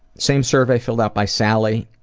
same survey filled out by sally,